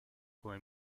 come